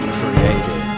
created